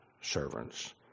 servants